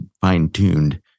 fine-tuned